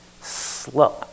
slow